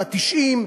וה-80 וה-90.